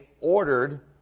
ordered